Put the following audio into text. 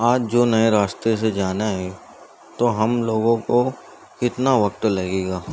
آج جو نئے راستے سے جانا ہے تو ہم لوگوں کو کتنا وقت لگے گا